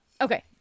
Okay